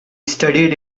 studied